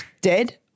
dead